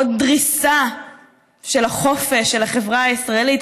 עוד דריסה של החופש של החברה הישראלית,